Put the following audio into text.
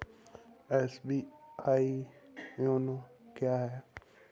SBI YONO क्या है?